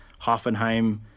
Hoffenheim